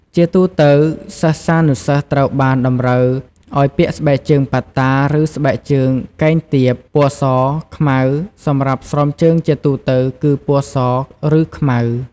ជាទូទៅសិស្សានុសិស្សត្រូវបានតម្រូវឱ្យពាក់ ស្បែកជើងប៉ាត់តាឬ ស្បែកជើងកែងទាប ពណ៌ស ខ្មៅ សម្រាប់ស្រោមជើងជាទូទៅគឺ ពណ៌ស ឬ ខ្មៅ។